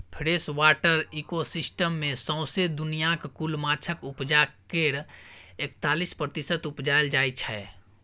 freshwater ecosystem मे सौसें दुनियाँक कुल माछक उपजा केर एकतालीस प्रतिशत उपजाएल जाइ छै